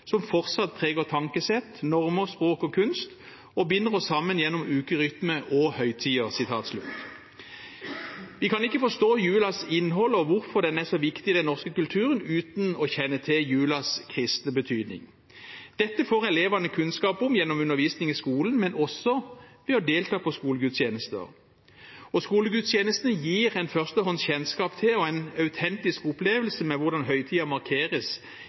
som fortsatt preger tankesett, normer, språk og kunst – og binder oss sammen gjennom ukerytme og høytider.» Vi kan ikke forstå julens innhold og hvorfor den er så viktig i den norske kulturen uten å kjenne til julens kristne betydning. Dette får elevene kunnskap om gjennom undervisning i skolen, men også ved å delta på skolegudstjenester. Skolegudstjenestene gir en førstehånds kjennskap til og en autentisk opplevelse av hvordan høytiden markeres